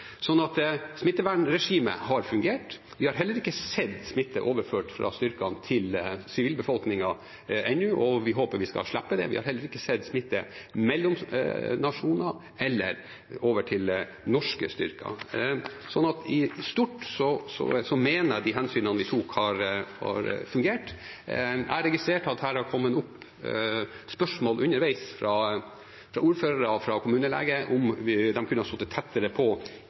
smittevernregimet har fungert. Vi har heller ikke sett smitte overført fra styrkene til sivilbefolkningen ennå – vi håper vi skal slippe det – og vi har heller ikke sett smitte mellom nasjoner eller over til norske styrker, så i stort mener jeg at de hensynene vi tok, har fungert. Jeg har registrert at det har kommet opp spørsmål underveis fra ordførere og fra kommuneleger om de kunne ha sittet tettere på i planleggingen, om man kunne ha sittet tettere på